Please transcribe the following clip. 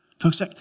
folks